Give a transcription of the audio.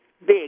big